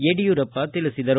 ಯಡಿಯೂರಪ್ಪ ತಿಳಿಸಿದರು